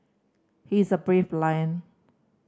he is a brave lion